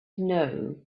know